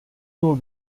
nur